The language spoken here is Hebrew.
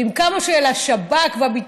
ועם כמה שהוא היה על השב"כ והביטחון,